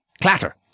Clatter